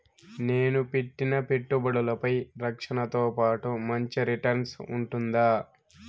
నేను పెట్టిన పెట్టుబడులపై రక్షణతో పాటు మంచి రిటర్న్స్ ఉంటుందా?